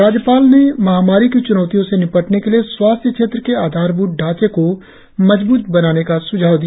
राज्यपाल ने महामारी की च्नौतियों से निपटने के लिए स्वास्थ्य क्षेत्र के आधारभूत ढांचे को मजबूत बनाने का सुझाव दिया